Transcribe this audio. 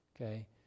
Okay